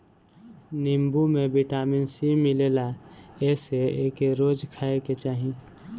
नीबू में vitamin C मिलेला एसे एके रोज खाए के चाही